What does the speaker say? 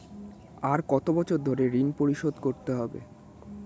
আর কত বছর ধরে ঋণ পরিশোধ করতে হবে?